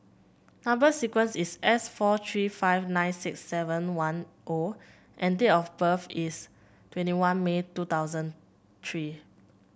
number sequence is S four three five nine six seven one O and date of birth is twenty one May two thousand three